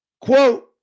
Quote